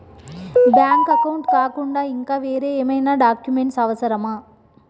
Bank account కాకుండా ఇంకా వేరే ఏమైనా డాక్యుమెంట్స్ అవసరమా?